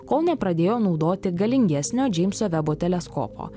kol nepradėjo naudoti galingesnio džeimso vebo teleskopo